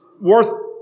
worth